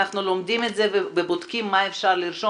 אנחנו לומדים את זה ובודקים מה אפשר לרשום